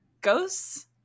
ghosts